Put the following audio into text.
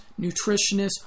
nutritionists